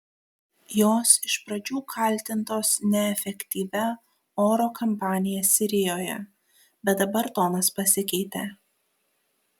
jos iš pradžių kaltintos neefektyvia oro kampanija sirijoje bet dabar tonas pasikeitė